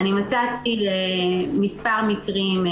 מצאתי מספר מקרים.